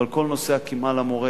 אבל כל נושא של הקימה למורה